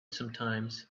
sometimes